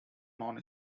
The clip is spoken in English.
non